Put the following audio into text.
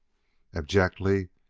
abjectly,